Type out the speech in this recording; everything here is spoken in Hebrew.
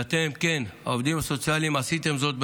ואתם, כן, העובדים הסוציאליים, עשיתם זאת בהצלחה.